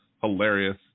Hilarious